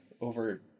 over